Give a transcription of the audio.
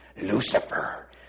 Lucifer